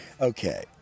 okay